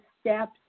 steps